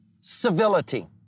civility